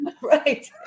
Right